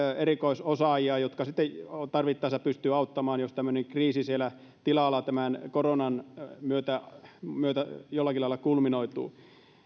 erikoisosaajia jotka sitten tarvittaessa pystyvät auttamaan jos tämmöinen kriisi siellä tilalla tämän koronan myötä myötä jollakin lailla kulminoituu